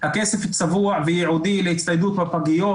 הכסף צבוע וייעודי לטיפול בפגיות,